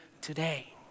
today